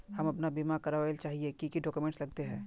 हम अपन बीमा करावेल चाहिए की की डक्यूमेंट्स लगते है?